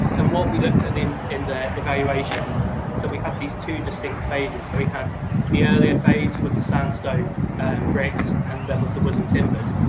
and what we looked at in in the evaluation is that we have these two distinct phases. so we have the earlier phase with the sandstone and bricks and then with the wooden timbers,